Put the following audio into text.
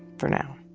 for now